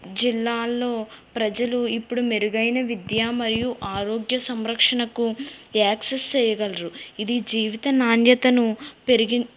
జిల్లాల్లో ప్రజలు ఇప్పుడు మెరుగైన విద్య మరియు ఆరోగ్య సంరక్షణకు యాక్సిస్ చేయగలరు ఇది జీవిత నాణ్యతను పెరిగి